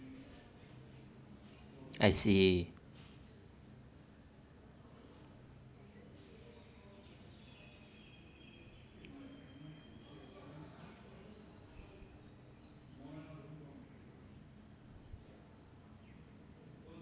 I see